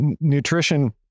nutrition